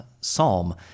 Psalm